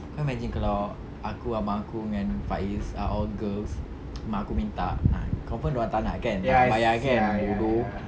kau imagine kalau aku abang aku dengan faiz are all girls mak aku minta ah confirm dorang tak nak kan bayar kan bodoh